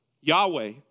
Yahweh